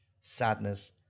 sadness